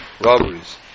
robberies